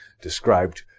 described